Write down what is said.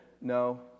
No